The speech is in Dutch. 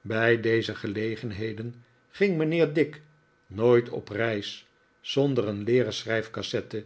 bij deze gelegenheden ging mijnheer dick nooit op reis zonder een leeren schrijf cassette